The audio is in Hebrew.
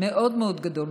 מאוד מאוד גדול.